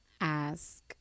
ask